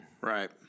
Right